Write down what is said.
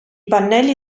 pannelli